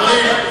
חברים.